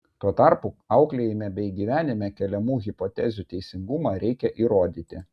tuo tarpu auklėjime bei gyvenime keliamų hipotezių teisingumą reikia įrodyti